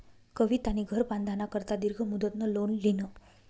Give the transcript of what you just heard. कवितानी घर बांधाना करता दीर्घ मुदतनं लोन ल्हिनं